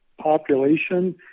population